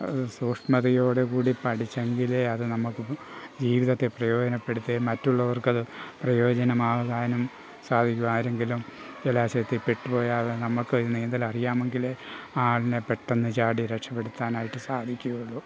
സൂക്ഷ്മതയോടുകൂടി പഠിച്ചെങ്കിലേ അതു നമുക്ക് ജീവിതത്തിൽ പ്രയോജനപ്പെടുത്തുകയും മറ്റുള്ളവർക്ക് അത് പ്രയോജനമാകാനും സാധിക്കും ആരെങ്കിലും ജലാശയത്തിൾ പെട്ടുപോയാൽ അതു നമ്മൾക്ക് ഒരു നീന്തൽ അറിയാമെങ്കിലെ ആ ആളിനെ പെട്ടന്നു ചാടി രക്ഷപെടുത്താനായിട്ട് സാധിക്കുകയുള്ളു